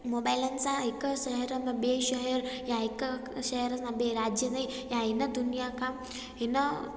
मोबाइलनि सां हिकु शहर में ॿिए शहर या हिकु शहर सां ॿिए राज्य में या हिन दुनिया खां हिन